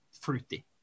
fruity